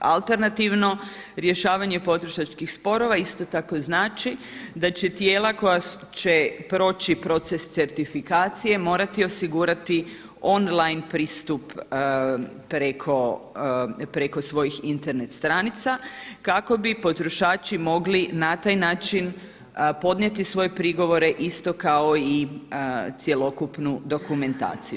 Alternativno rješavanje potrošačkih sporova isto tako znači da će tijela koja će proći proces certifikacije morati osigurati online pristup preko svojih Internet stranica kako bi potrošači mogli na taj način podnijeti svoje prigovore isto kao i cjelokupnu dokumentaciju.